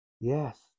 Yes